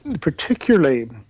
Particularly